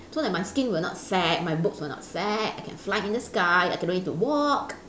so that my skin will not sag my boobs will not sag I can fly in the sky I can no need to walk